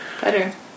Better